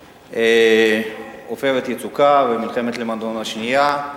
"עופרת יצוקה" ו"מלחמת לבנון השנייה".